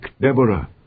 Deborah